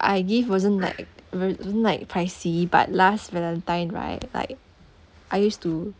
I give wasn't like ve~ wasn't like pricey but last valentine right like I used to